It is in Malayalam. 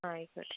ആയിക്കോട്ടെ